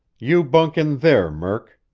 you bunk in there, murk,